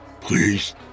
Please